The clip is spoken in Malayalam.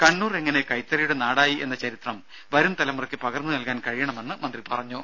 കണ്ണൂർ എങ്ങനെ കൈത്തറിയുടെ നാടായി എന്ന ചരിത്രം വരും തലമുറയ്ക്ക് പകർന്നു നൽകാൻ കഴിയണമെന്നും മന്ത്രി പറഞ്ഞു